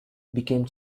became